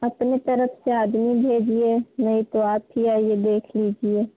अपनी तरफ़ से आदमी भेजिए नहीं तो आप ही आइए देख लीजिए